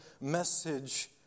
message